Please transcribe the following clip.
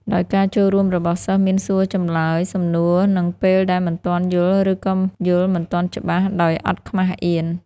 ដោយការចូលរួមរបស់សិស្សមានសួរចម្លើយ សំណួរនិងពេលដែលមិនទាន់យល់ឬក៏យល់មិនទាន់ច្បាស់ ដោយអត់ខ្មាស់អៀន។